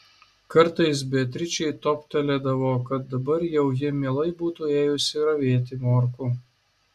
kartais beatričei toptelėdavo kad dabar jau ji mielai būtų ėjusi ravėti morkų